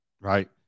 Right